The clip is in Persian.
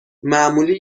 معمولی